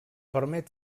permet